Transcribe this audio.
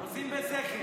עושים בשכל.